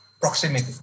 proximity